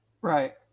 right